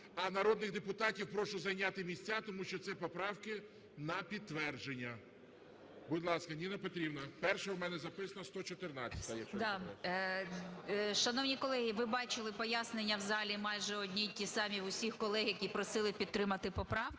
А народних депутатів прошу зайняти місця, тому що це поправки на підтвердження. Будь ласка, Ніна Петрівна. Перша у мене записана 114-а. 14:45:46 ЮЖАНІНА Н.П. Шановні колеги, ви бачили пояснення в залі майже одні і ті самі у всіх колег, які просили підтримати поправки.